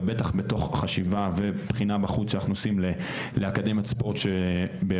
ובטח בתוך חשיבה ובחינה בחוץ שאנחנו עושים לאקדמיית ספורט שבאירופה,